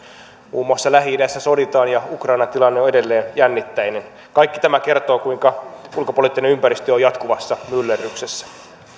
muun muassa lähi idässä soditaan ja ukrainan tilanne on edelleen jännitteinen kaikki tämä kertoo kuinka ulkopoliittinen ympäristö on jatkuvassa myllerryksessä